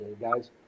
guys